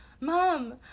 mom